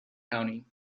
county